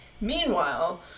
meanwhile